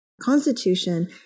constitution